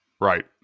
Right